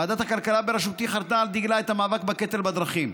ועדת הכלכלה בראשותי חרתה על דגלה את המאבק בקטל בדרכים.